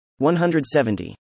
170